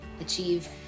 achieve